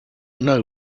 know